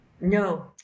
No